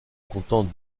contente